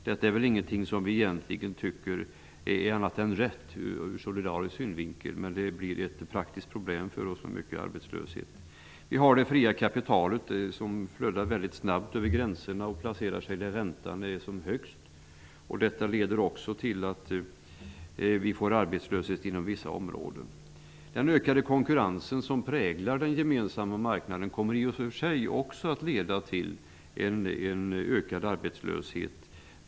Detta är väl ingenting som vi egentligen tycker är annat än rätt ur solidarisk synvinkel. Men det blir ett praktiskt problem för oss -- det blir mycket arbetslöshet. Dessutom har vi det fria kapitalet, som flödar väldigt snabbt över gränserna och placerar sig där räntan är högst. Också detta leder till arbetslöshet inom vissa områden. Den ökade konkurrensen, som präglar den gemensamma marknaden, kommer i och för sig också att leda till ökad arbetslöshet.